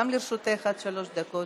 גם לרשותך עד שלוש דקות.